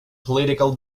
political